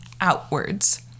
outwards